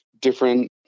different